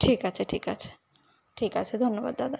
ঠিক আছে ঠিক আছে ঠিক আছে ধন্যবাদ দাদা